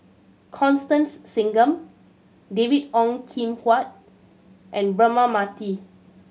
Constance Singam David Ong Kim Huat and Braema Mathi